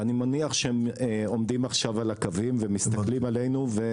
ואני מניח שהם עומדים עכשיו על הקוים ומסתכלים עלינו,